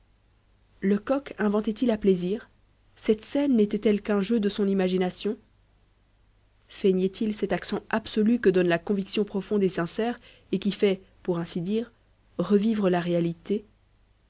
lecoq inventait il à plaisir cette scène n'était-elle qu'un jeu de son imagination feignait il cet accent absolu que donne la conviction profonde et sincère et qui fait pour ainsi dire revivre la réalité